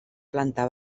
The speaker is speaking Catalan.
planta